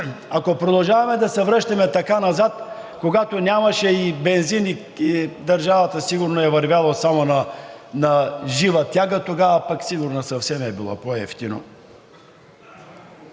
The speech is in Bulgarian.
Ако продължаваме да се връщаме така назад, когато нямаше бензин и държавата сигурно е вървяла само на жива тяга, тогава пък сигурно съвсем е било по-евтино.